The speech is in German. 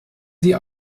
sie